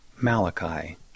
Malachi